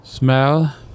smell